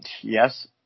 yes